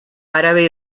árabe